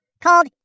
called